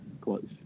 close